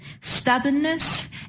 stubbornness